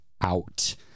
out